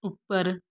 ਉੱਪਰ